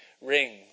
rings